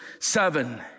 Seven